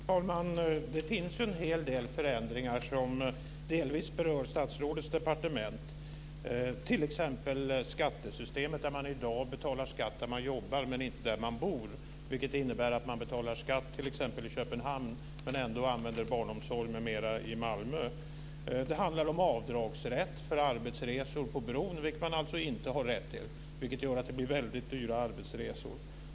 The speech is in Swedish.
Fru talman! Det finns en hel del förändringar som delvis berör statsrådets departement, t.ex. skattesystemet. I dag betalar man skatt där man jobbar men inte där man bor, vilket innebär att man betalar skatt i t.ex. Köpenhamn men ändå använder barnomsorg m.m. i Malmö. Det handlar om avdragsrätt för arbetsresor på bron, vilket man alltså inte har rätt till. Det gör att det blir väldigt dyra arbetsresor.